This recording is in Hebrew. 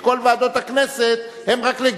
ועדות, והוועדות האלה לא מתחלקות בין